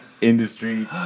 industry